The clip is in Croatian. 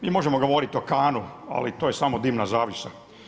Mi možemo govoriti o Cannesu, ali to je samo dimna zavjesa.